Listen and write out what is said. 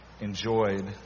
enjoyed